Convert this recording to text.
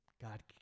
God